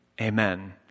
amen